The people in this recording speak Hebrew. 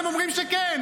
לא, אתם אומרים שכן.